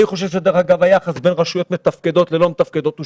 אני חושב שהיחס בין רשויות מתפקדות ללא מתפקדות הוא